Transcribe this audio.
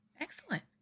Excellent